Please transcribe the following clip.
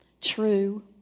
true